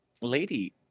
lady